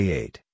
eight